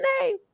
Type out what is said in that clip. name